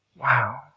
Wow